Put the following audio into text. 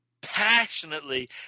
passionately